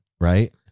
Right